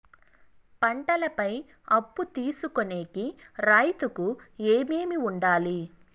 పంటల పై అప్పు తీసుకొనేకి రైతుకు ఏమేమి వుండాలి?